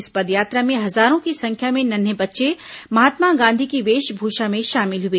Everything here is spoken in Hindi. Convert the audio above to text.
इस पदयात्रा में हजारों की संख्या में नन्हें बच्चे महात्मा गांधी की वेशभूषा में शामिल हुए